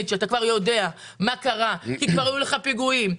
שאתה כבר יודע מה קרה כי כבר היו לך פיגועים,